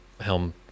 helm